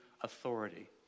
authority